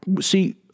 see